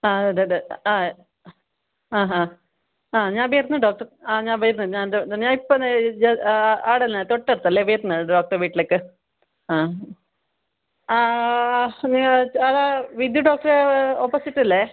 ആ അതെയതെ ആ ആഹാ ആ ഞാൻ ബെര്ന്ന് ഡോക്ടർ ആ ഞാൻ ബെര്ന്ന് ഞാൻ ഇപ്പോൾ ദേ ആടന്നെ തൊട്ടടുത്തല്ലേ വരുന്ന് ഡോക്ടറെ വീട്ടിലേക്ക് ആ അത് വിധു ഡോക്ടറെ ഓപ്പോസിറ്റ് അല്ലെ